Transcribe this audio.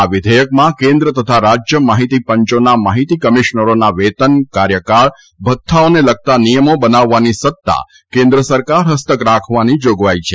આ વિધેયકમાં કેન્દ્ર તથા રાજ્ય માહિતી પંચોના માહિતી કમિશરોના વેતન કાર્યકાળ ભથ્થાઓને લગતા નિયમો બનાવવાની સત્તા કેન્દ્ર સરકાર હસ્તક રખવાની જાગવાઇ છે